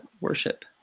worship